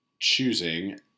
choosing